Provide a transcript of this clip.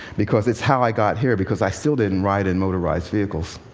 because it's how i got here, because i still didn't ride in motorized vehicles.